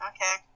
Okay